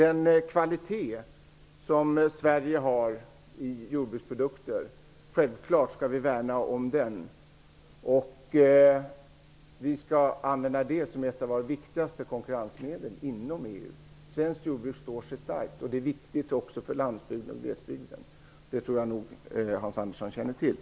Vi skall självfallet värna om den kvalitet som svenska jordbruksprodukter har. Vi skall använda kvaliteten som ett av våra viktigaste konkurrensmedel inom EU. Svenskt jordbruk står starkt, och det är viktigt också för lands och glesbygden. Det tror jag nog att Hans Andersson känner till.